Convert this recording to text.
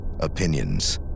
opinions